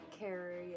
Carry